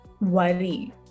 worry